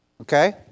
Okay